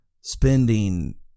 spending